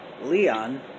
Leon